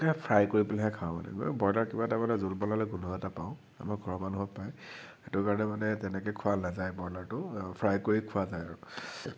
fry কৰি পেলাইহে খাওঁ ব্ৰয়লাৰ ৎবৰৈলেৰং কিবা এটা মানে জোল বনালে গোন্ধ এটা পাওঁ আমাৰ ঘৰৰ মানুহেও পাই সেইটো কাৰণে মানে তেনেকৈ খোৱা নাযায় ব্ৰয়লাৰটো ফ্ৰাই কৰি খোৱা যায়